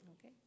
Okay